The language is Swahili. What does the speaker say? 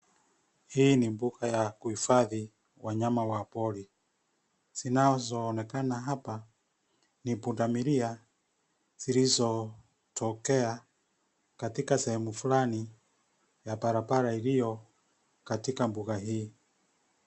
Hii ni mbuga ya kuhifadhi wanyama wa pori. Zinaonekana hapa, ni pundamilia zilizotokea katika sehemu fulani ya barabara iliyo katika mbuga hii.